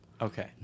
Okay